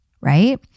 right